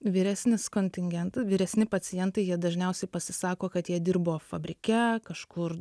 vyresnis kontingenta vyresni pacientai jie dažniausiai pasisako kad jie dirbo fabrike kažkur